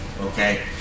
Okay